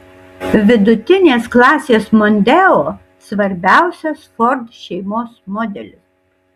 vidutinės klasės mondeo svarbiausias ford šeimos modelis